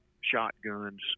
shotguns